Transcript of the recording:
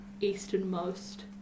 easternmost